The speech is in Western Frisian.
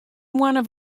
moanne